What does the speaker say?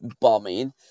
bombing